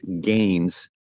gains